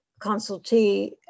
consultee